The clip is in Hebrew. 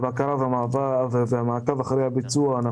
הבקרה והמעקב אחרי הביצוע,